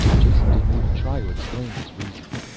jason didn't even try to explain his reasons,